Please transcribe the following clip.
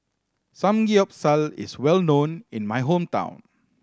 Samgeyopsal is well known in my hometown